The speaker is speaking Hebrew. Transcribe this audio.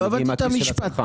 לא הבנתי את המשפט.